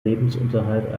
lebensunterhalt